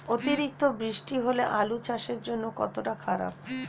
অতিরিক্ত বৃষ্টি হলে আলু চাষের জন্য কতটা খারাপ?